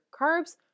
carbs